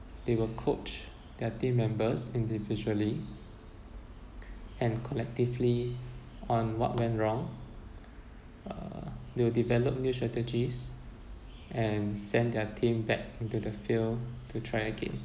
they will coach their team members individually and collectively on what went wrong uh they will develop new strategies and send their team back into the field to try again